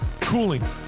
cooling